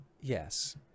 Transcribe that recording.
Yes